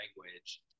language